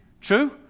True